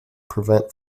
prevent